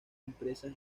impresas